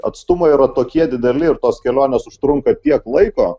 atstumai yra tokie dideli ir tos kelionės užtrunka tiek laiko